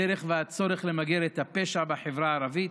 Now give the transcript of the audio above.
הדרך והצורך למגר את הפשע בחברה הערבית.